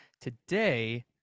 Today